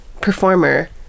performer